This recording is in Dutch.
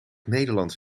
nederlands